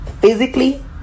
physically